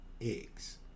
eggs